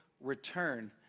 return